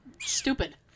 stupid